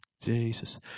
Jesus